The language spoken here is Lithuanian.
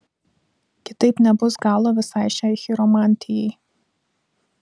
kitaip nebus galo visai šiai chiromantijai